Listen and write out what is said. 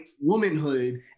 womanhood